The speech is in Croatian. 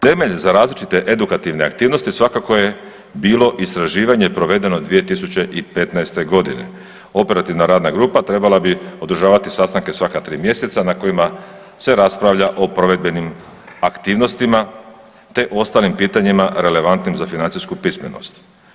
Temelj za različite edukativne aktivnosti svakako je bilo istraživanje provedeno 2015. g. Operativna radna grupa trebala bi održavati sastanke svaka 3 mjeseca na kojima se raspravlja o provedbenim aktivnostima te ostalim pitanjima relevantnim za financijsku pismenost.